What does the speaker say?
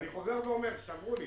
אני חוזר ואומר, כשאמרו לי